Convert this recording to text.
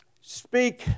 speak